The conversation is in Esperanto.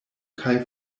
kaj